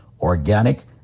organic